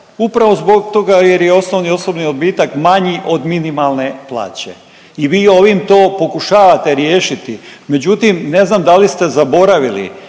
upravo zbog toga jer je osnovni osobni odbitak manji od minimalne plaće i vi ovim to pokušavate riješiti, međutim, ne znam da li ste zaboravili,